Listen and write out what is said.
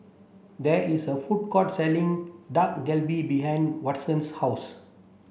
there is a food court selling Dak Galbi behind Watson's house